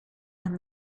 and